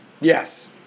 Yes